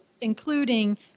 including